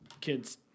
kids